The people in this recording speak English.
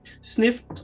Sniff